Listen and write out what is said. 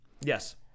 Yes